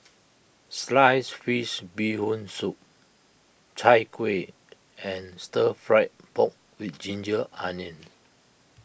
Sliced Fish Bee Hoon Soup Chai Kuih and Stir Fry Pork with Ginger Onions